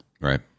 Right